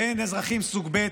אין אזרחים סוג ב'.